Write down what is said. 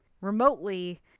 remotely